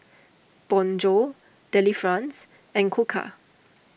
Bonjour Delifrance and Koka